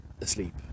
asleep